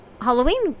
halloween